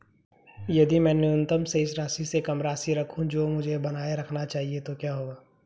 यदि मैं न्यूनतम शेष राशि से कम राशि रखूं जो मुझे बनाए रखना चाहिए तो क्या होगा?